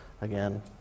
again